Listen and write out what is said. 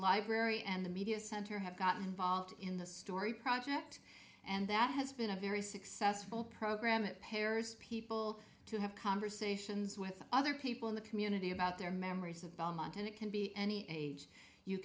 library and the media center have gotten involved in the story project and that has been a very successful program it pairs people to have conversations with other people in the community about their memories of belmont and it can be any age you